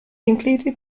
included